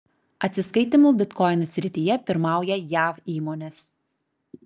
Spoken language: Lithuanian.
atsiskaitymų bitkoinais srityje pirmauja jav įmonės